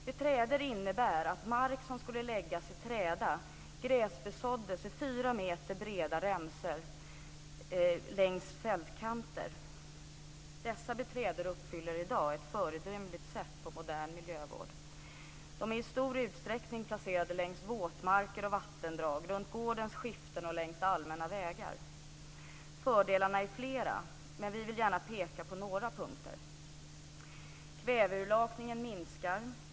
"Beträdor" "beträdor" uppfyller i dag på ett föredömligt sätt alla krav på modern miljövård. Det är i stor utsträckning placerade längs våtmarker och vattendrag, runt gårdens skiften och längs allmänna vägar. Fördelarna är flera, men vi vill gärna peka på några punkter. Kväveurlakningen minskar.